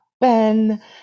Ben